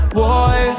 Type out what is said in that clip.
boy